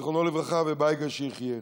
זיכרונו לברכה, ובייגה, שיחיה.